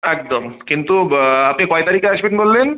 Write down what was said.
একদম কিন্তু আপনি কয় তারিখে আসবেন বললেন